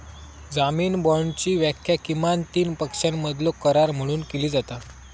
जामीन बाँडची व्याख्या किमान तीन पक्षांमधलो करार म्हणून केली जाता